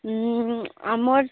ଆମର